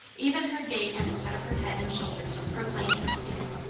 even her gait and the set of her head and shoulders proclaimed her to be.